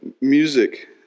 Music